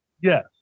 Yes